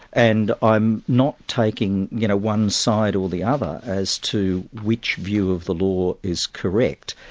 and i'm not taking you know one side or the other as to which view of the law is correct.